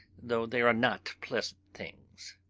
though they are not pleasant things.